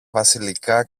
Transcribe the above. βασιλικά